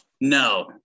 No